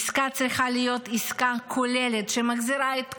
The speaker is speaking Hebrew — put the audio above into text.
עסקה צריכה להיות עסקה כוללת שמחזירה את כולם.